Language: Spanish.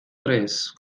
tres